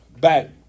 back